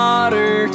Water